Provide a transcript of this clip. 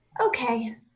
okay